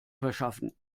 verschaffen